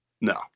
No